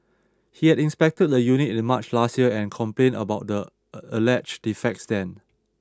he had inspected the unit in March last year and complained about the alleged defects then